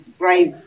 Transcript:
right